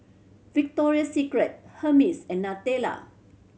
Victoria Secret Hermes and Nutella